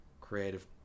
creative